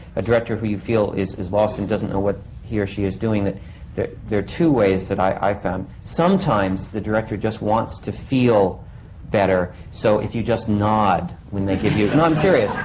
a director who you feel is. is lost and doesn't know what he or she is doing that that there are two ways that i. i've found. sometimes the director just wants to feel better. so if you. just nod when they give you. no, i'm serious.